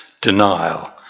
denial